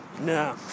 No